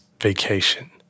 vacation